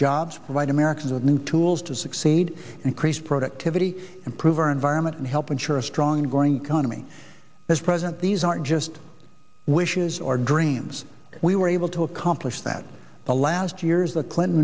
jobs right americans of new tools to succeed increase productivity improve our environment and help ensure a strong and growing come to me as president these aren't just wishes or dreams we were able to accomplish that the last two years the clinton